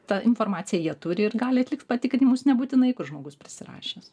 tą informaciją jie turi ir gali atlikti patikrinimus nebūtinai kur žmogus prisirašęs